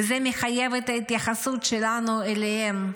וזה מחייב את ההתייחסות שלנו אליהם,